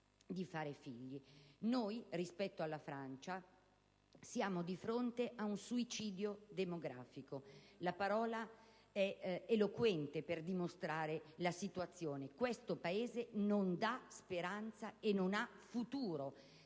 figli. Rispetto alla Francia siamo di fronte ad un suicidio demografico. La parola è eloquente per dimostrare la situazione. Questo Paese non dà speranza e non ha futuro